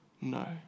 No